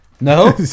no